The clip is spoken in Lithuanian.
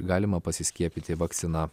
galima pasiskiepyti vakcina